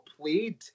played